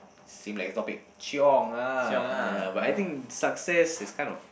seem like a topic chiong ah ya but I think success is kind of